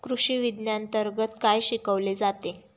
कृषीविज्ञानांतर्गत काय शिकवले जाते?